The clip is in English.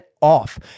off